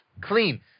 clean